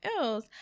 else